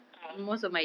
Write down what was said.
a'ah